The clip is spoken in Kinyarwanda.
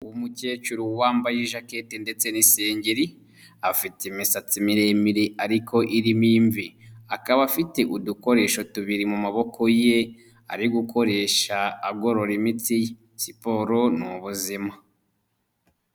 Umukecuru wambaye ijaketi ndetse n'isengeri afite imisatsi miremire ariko irimo imvi, akaba afite udukoresho tubiri mu maboko ye ari gukoresha agorora imitsi ye, siporo ni ubuzima.